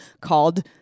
called